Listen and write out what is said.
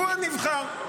הוא הנבחר,